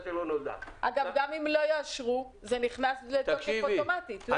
גם אם לא יאשרו, זה נכנס אוטומטית, לא?